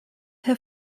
herr